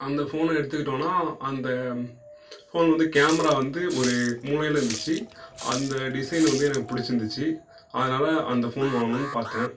அந்த ஃபோன் எடுத்துக்கிட்டோன்னா அந்த ஃபோன் வந்து கேமரா வந்து ஒரு மூலையில் இருந்துச்சி அந்த டிசைன் வந்து எனக்கு பிடிச்சிருந்துச்சி அதனால அந்த ஃபோன் வாங்கணுன்னு பார்த்தேன்